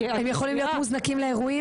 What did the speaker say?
הם יכולים להיות מוזנקים לאירועים?